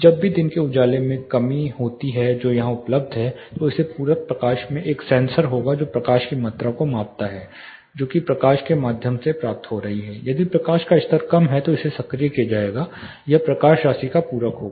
जब भी दिन के उजाले में कमी या कमी होती है जो यहाँ उपलब्ध है तो इस पूरक प्रकाश में एक सेंसर होगा जो प्रकाश की मात्रा को मापता है जो कि प्रकाश के माध्यम से प्राप्त हो रहा है यदि प्रकाश का स्तर कम है तो इसे सक्रिय किया जाएगा यह प्रकाश राशि का पूरक होगा